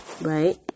right